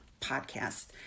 podcast